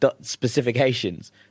specifications